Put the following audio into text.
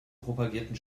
propagierten